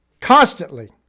constantly